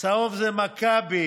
צהוב זה מכבי.